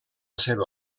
seva